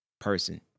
person